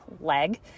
leg